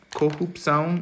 corrupção